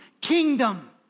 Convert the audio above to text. kingdom